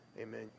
Amen